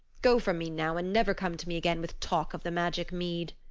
go from me now and never come to me again with talk of the magic mead.